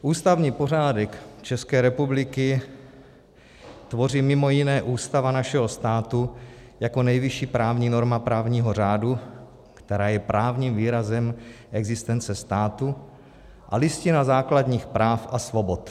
Ústavní pořádek České republiky tvoří mimo jiné Ústava našeho státu jako nejvyšší právní norma právního řádu, která je právním výrazem existence státu, a Listina základních práv a svobod.